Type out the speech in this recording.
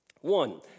One